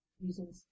using